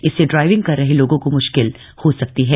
इससे ड्राइविंग कर रहे लोगों को म्श्किल हो सकती है